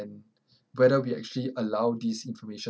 and whether we actually allow these information